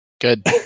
good